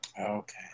Okay